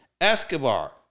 escobar